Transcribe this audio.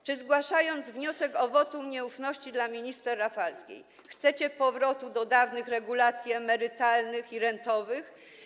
Czy zgłaszając wniosek o wotum nieufności dla minister Rafalskiej, chcecie powrotu do dawnych regulacji emerytalnych i rentowych?